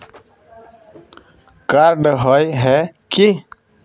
Card होय है की?